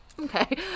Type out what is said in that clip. okay